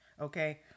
okay